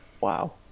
Wow